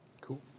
cool